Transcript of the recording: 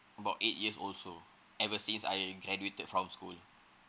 about eight years also ever since I graduated from school